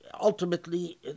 ultimately